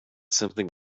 something